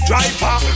Driver